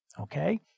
Okay